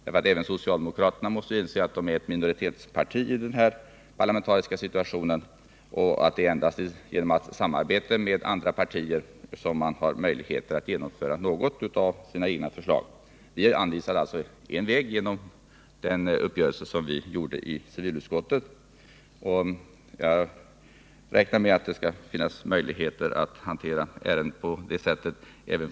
Även det socialdemokratiska partiet måste inse att det i vår parlamentariska situation är ett minoritetsparti och att man endast genom samarbete med andra partier har möjligheter att genomföra något av sina egna förslag. Vi anvisade en väg genom den uppgörelse som vi träffade i civilutskottet, och jag räknar med att det även fortsättningsvis skall finnas möjligheter att hantera ärenden på det sättet.